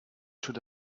should